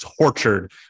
tortured